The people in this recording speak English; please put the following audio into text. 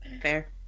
Fair